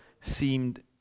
seemed